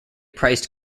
priced